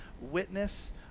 witness